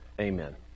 amen